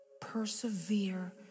Persevere